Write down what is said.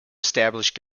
established